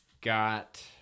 got